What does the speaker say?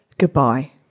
Goodbye